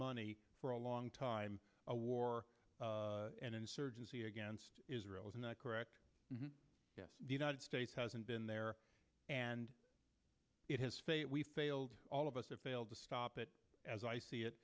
money for a long time a war and insurgency against israel is not correct yes the united states hasn't been there and it has failed we failed all of us have failed to stop it as i see it